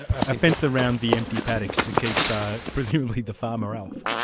a fence around the empty paddocks to keep but presumably the farmer out?